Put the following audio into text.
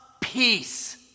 peace